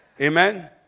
Amen